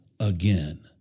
Again